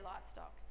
livestock